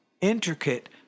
intricate